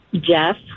Jeff